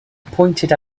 pointed